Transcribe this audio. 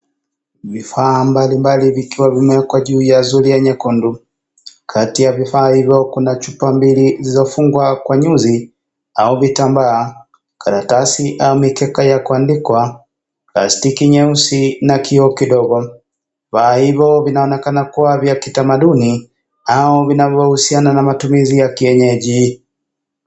Vifaa mbalimbali vikiwa vimewekwa juu ya zulia nyekundu. Kati ya vifaa hivyo kuna chupa mbili zilizofungwa kwa nyuzi au vitambaa, karatasi au mikeka ya kuandikwa, plastiki nyeusi na kioo kidogo. Vifaa hivyo vinaonekana kuwa vya kitamaduni au vinavyohusiana na matumizi ya kienyeji.